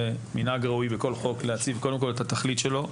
זה מנהג ראוי בכל חוק להציב קודם כל את התכלית שלו.